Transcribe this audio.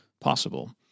possible